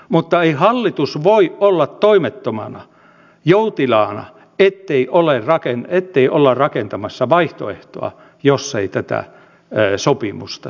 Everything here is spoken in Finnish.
mutta ei hallitus voi olla toimettomana joutilaana ettei olla rakentamassa vaihtoehtoja jos ei tätä sopimusta synny